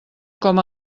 com